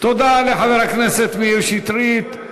תודה לחבר הכנסת מאיר שטרית.